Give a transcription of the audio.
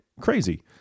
Crazy